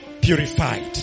purified